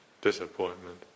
disappointment